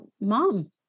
mom